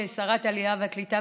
כשרת העלייה והקליטה,